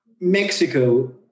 Mexico